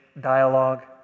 dialogue